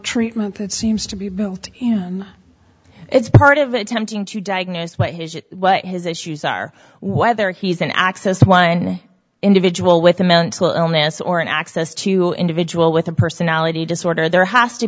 treatment that seems to be you know it's part of attempting to diagnose what his what his issues are whether he's an access one individual with a mental illness or an access to individual with a personality disorder there has to